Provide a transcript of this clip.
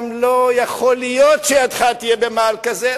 גם לא יכול להיות שידך תהיה במעל כזה,